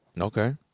Okay